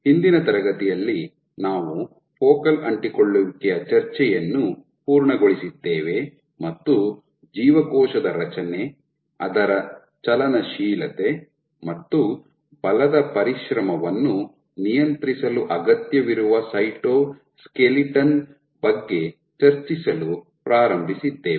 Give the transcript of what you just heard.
ಹಿಂದಿನ ತರಗತಿಯಲ್ಲಿ ನಾವು ಫೋಕಲ್ ಅಂಟಿಕೊಳ್ಳುವಿಕೆಯ ಚರ್ಚೆಯನ್ನು ಪೂರ್ಣಗೊಳಿಸಿದ್ದೇವೆ ಮತ್ತು ಜೀವಕೋಶದ ರಚನೆ ಅದರ ಚಲನಶೀಲತೆ ಮತ್ತು ಬಲದ ಪರಿಶ್ರಮವನ್ನು ನಿಯಂತ್ರಿಸಲು ಅಗತ್ಯವಿರುವ ಸೈಟೋಸ್ಕೆಲಿಟನ್ ಬಗ್ಗೆ ಚರ್ಚಿಸಲು ಪ್ರಾರಂಭಿಸಿದ್ದೇವೆ